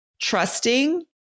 trusting